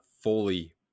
fully